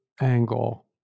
angle